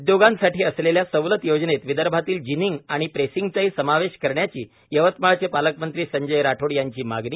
उदयोगांसाठी असलेल्या सवलत योजनेत विदर्भातील जिनिंग आणि प्रेसींगचाही समावेश करण्याची यवतमाळचे पालकमंत्री संजय राठोड यांची मागणी